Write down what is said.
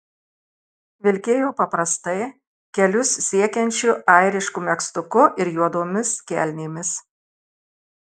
vilkėjo paprastai kelius siekiančiu airišku megztuku ir juodomis kelnėmis